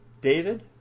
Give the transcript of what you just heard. David